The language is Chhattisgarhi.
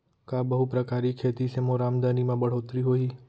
का बहुप्रकारिय खेती से मोर आमदनी म बढ़होत्तरी होही?